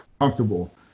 comfortable